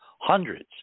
hundreds